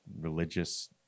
religious